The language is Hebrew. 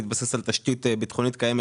הם הולכים להתבסס על תשתית ביטחונית קיימת